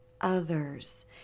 others